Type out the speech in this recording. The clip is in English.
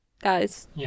guys